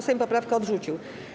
Sejm poprawkę odrzucił.